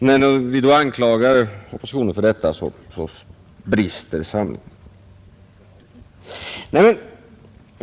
När vi då anklagar oppositionen för detta, så brister samlingen.